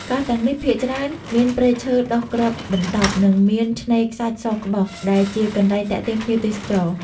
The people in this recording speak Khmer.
កោះទាំងនេះភាគច្រើនមានព្រៃឈើដុះគ្របដណ្តប់ និងមានឆ្នេរខ្សាច់សក្បុស ដែលជាកន្លែងទាក់ទាញភ្ញៀវទេសចរ។